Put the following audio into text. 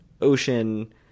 Ocean